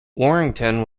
warrington